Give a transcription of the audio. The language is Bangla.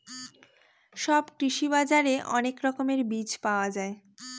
সব কৃষি বাজারে অনেক রকমের বীজ পাওয়া যায়